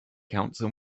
council